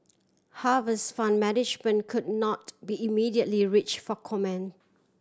Harvest Fund Management could not be immediately reach for comment